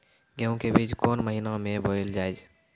गेहूँ के बीच कोन महीन मे बोएल जाए?